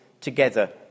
together